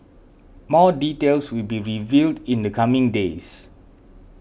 more details will be revealed in the coming days